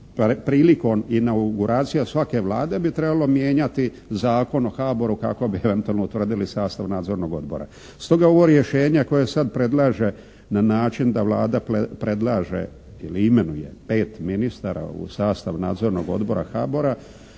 prilikom inauguracije svake Vlade bi trebalo mijenjati Zakon o HBOR-u kako bi eventualno utvrdili sastav nadzornog odbora. Stoga ovo rješenja koja sad predlaže na način da Vlada predlaže ili imenuje 5 ministara u sastav Nadzornog odbora HBOR-a